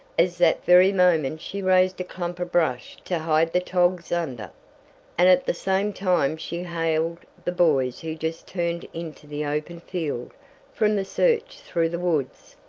as that very moment she raised a clump of brush to hide the togs under, and at the same time she hailed the boys who just turned into the open field from the search through the woods.